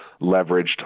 leveraged